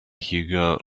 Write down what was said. hugo